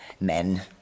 Men